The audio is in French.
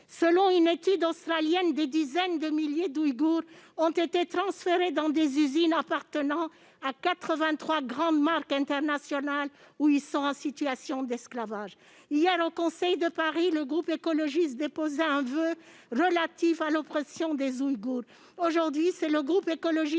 Selon une étude australienne, des dizaines de milliers d'Ouïghours ont été transférés dans des usines appartenant à 83 grandes marques internationales, où ils sont en situation d'esclavage. Hier, au Conseil de Paris, le groupe écologiste déposait un voeu relatif à l'oppression des Ouïghours.